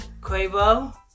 Quavo